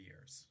years